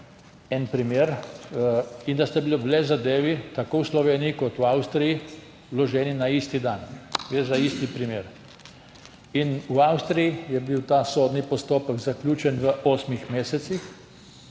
en primer in da sta bili zadevi tako v Sloveniji kot v Avstriji vloženi na isti dan, gre za isti primer. V Avstriji je bil ta sodni postopek zaključen v osmih mesecih,